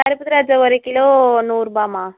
கருப்பு திராட்சை ஒரு கிலோ நூறுரூபாம்மா